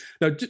now